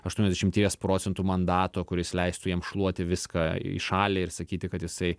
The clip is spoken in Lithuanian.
aštuoniasdešimties procentų mandato kuris leistų jam šluoti viską į šalį ir sakyti kad jisai